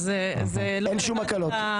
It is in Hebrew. זה לא רלוונטי עכשיו.